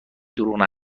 دروغ